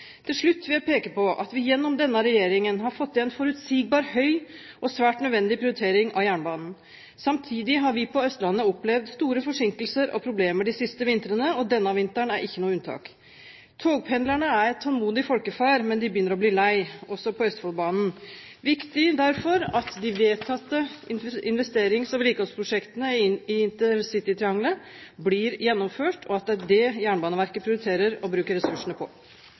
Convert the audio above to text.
Til slutt vil jeg peke på at vi gjennom denne regjeringen har fått til en forutsigbar, høy og svært nødvendig prioritering av jernbanen. Samtidig har vi på Østlandet opplevd store forsinkelser og problemer de siste vintrene, og denne vinteren er ikke noe unntak. Togpendlerne er et tålmodig folkeferd, men de begynner å bli lei, også på Østfoldbanen. Det er derfor viktig at de vedtatte investerings- og vedlikeholdsprosjektene i intercitytriangelet blir gjennomført, og at det er det Jernbaneverket prioriterer å bruke ressursene på.